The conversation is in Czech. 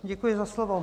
Děkuji za slovo.